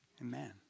Amen